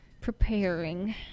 preparing